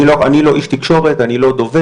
אני לא איש תקשורת, אני לא דובר.